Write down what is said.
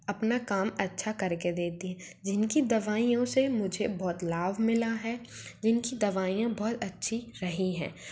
अपना काम अच्छा करके देती हैं जिनकी दवाइयों से मुझे बहुत लाभ मिला है जिनकी दवाइयाँ बहुत अच्छी रही हैं